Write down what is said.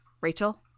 Rachel